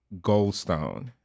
Goldstone